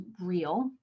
real